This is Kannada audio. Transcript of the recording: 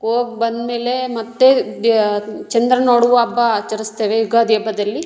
ಹೋಗ್ ಬಂದಮೇಲೇ ಮತ್ತೆ ದ್ಯ ಚಂದ್ರನ್ನ ನೋಡುವ ಹಬ್ಬಾ ಆಚರಿಸ್ತೇವೆ ಯುಗಾದಿ ಹಬ್ಬದಲ್ಲಿ